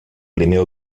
primer